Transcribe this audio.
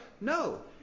No